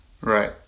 Right